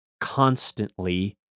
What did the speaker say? constantly